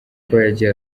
yagiye